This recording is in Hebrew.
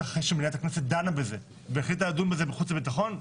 בטח אחרי שמליאת הכנסת דנה בזה והחליטה לדון בזה בוועדת חוץ וביטחון,